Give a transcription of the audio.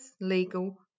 legal